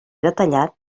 detallat